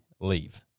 leave